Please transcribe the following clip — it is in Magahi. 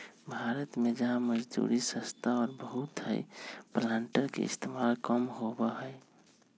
भारत में जहाँ मजदूरी सस्ता और बहुत हई प्लांटर के इस्तेमाल कम होबा हई